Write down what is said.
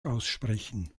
aussprechen